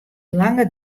langer